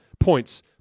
Points